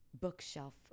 bookshelf